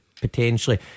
potentially